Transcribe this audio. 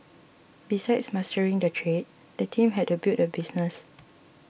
besides mastering the trade the team had to build a business